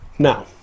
Now